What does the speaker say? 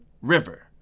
River